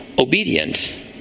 Obedient